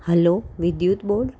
hello વિદ્યુત baud